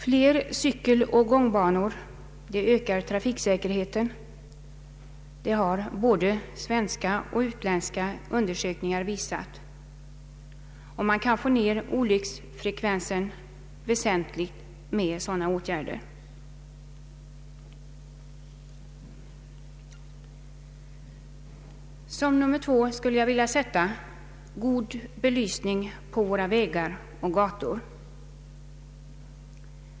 Både svenska och utländska undersökningar har visat att cykeloch gångbanor ökar trafiksäkerheten. Man kan minska olycksfrekvensen väsentligt genom att anlägga sådana. Som nr 2 skulle jag vilja sätta god belysning på våra vägar och gator.